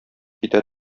китә